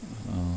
ugh